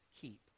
keep